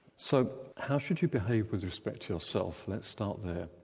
so how should you behave with respect to yourself? let's start there.